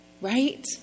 Right